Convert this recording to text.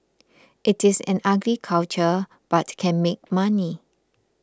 it is an ugly culture but can make money